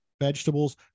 vegetables